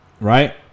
Right